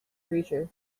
creature